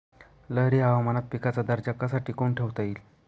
लहरी हवामानात पिकाचा दर्जा कसा टिकवून ठेवता येईल?